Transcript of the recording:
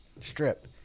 Strip